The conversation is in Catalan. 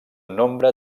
nombre